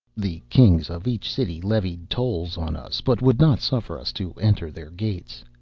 the kings of each city levied tolls on us, but would not suffer us to enter their gates.